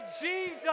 Jesus